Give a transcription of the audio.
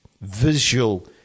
visual